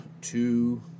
two